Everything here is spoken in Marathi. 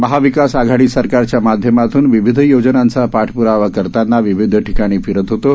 महाविकास आघाडी सरकारच्या माध्यमातून विविध योजनांचा पाठप्रावा करताना विविध ठिकाणी फिरत होतो